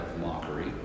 mockery